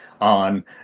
on